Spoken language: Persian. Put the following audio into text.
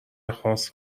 خاص